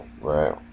Right